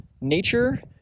nature